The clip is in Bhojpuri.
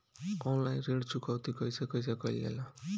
ऑनलाइन ऋण चुकौती कइसे कइसे कइल जाला?